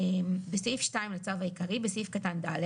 בסעיף 2 לצו העיקרי בסעיף קטן ד',